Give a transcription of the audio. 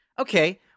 Okay